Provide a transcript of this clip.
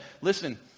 listen